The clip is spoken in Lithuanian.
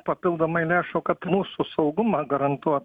papildomai lėšų kad mūsų saugumą garantuot